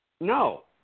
No